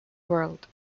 world